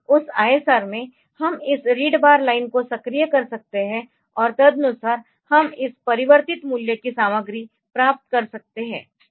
उस ISR में हम इस रीड बार लाइन को सक्रिय कर सकते है और तदनुसार हम इस परिवर्तित मूल्य की सामग्री प्राप्त कर सकते है